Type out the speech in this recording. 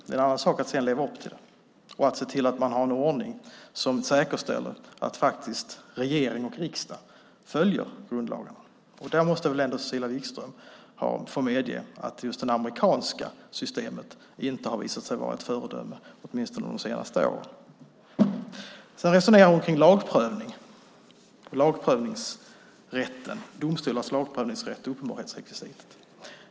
Det är en annan sak att sedan leva upp till den och se till att man har en ordning som säkerställer att regering och riksdag faktiskt följer grundlagarna. Där måste väl ändå Cecilia Wigström medge att just det amerikanska systemet inte har visat sig vara något föredöme, åtminstone inte de senaste åren. Cecilia Wigström resonerar sedan kring lagprövning, domstolars lagprövningsrätt och uppenbarhetsrekvisitet.